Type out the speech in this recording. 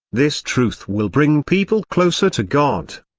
this truth will bring people closer to god.